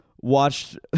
watched